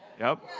yup.